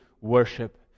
worship